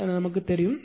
இல் நமக்குத் தெரியும்